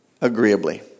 agreeably